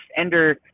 ender